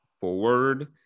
forward